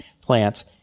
plants